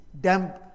damp